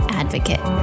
advocate